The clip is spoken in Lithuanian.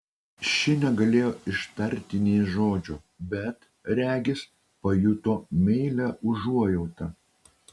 ši negalėjo ištarti nė žodžio bet regis pajuto meilią užuojautą